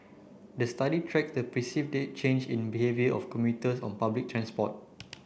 the study tracks the perceived change in behaviour of commuters on public transport